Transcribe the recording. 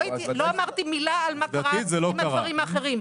לא אמרתי מילה על מה קרה עם הדברים האחרים.